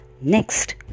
Next